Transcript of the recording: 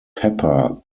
pepper